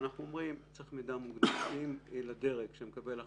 אנחנו אומרים שצריך מידע מודיעיני לדרג שמקבל החלטות.